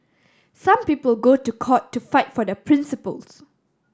some people go to court to fight for their principles